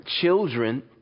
children